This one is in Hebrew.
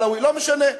עלאווים,